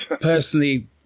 Personally